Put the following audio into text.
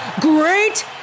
Great